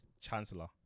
Chancellor